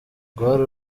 rwari